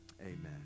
amen